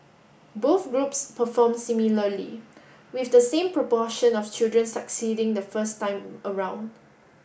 both groups performed similarly with the same proportion of children succeeding the first time around